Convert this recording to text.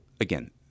again